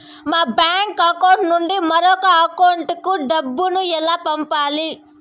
మా bank account నుండి మరొక అకౌంట్ కు డబ్బును ఎలా పంపించాలి